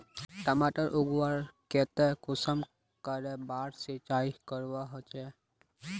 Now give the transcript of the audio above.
टमाटर उगवार केते कुंसम करे बार सिंचाई करवा होचए?